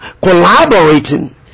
Collaborating